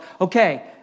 okay